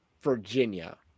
Virginia